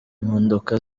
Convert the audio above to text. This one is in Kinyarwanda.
impinduka